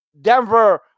Denver